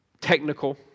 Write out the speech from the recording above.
technical